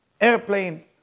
airplane